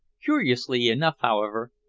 curiously enough, however,